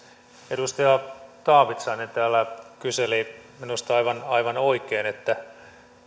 edustaja taavitsainen täällä kyseli minusta aivan aivan oikein